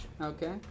Okay